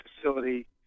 facility